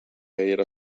era